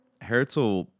Herzl